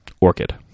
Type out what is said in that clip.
orchid